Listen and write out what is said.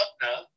partner